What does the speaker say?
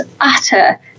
utter